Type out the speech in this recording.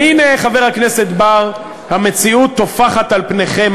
והנה, חבר הכנסת בר, המציאות טופחת על פניכם.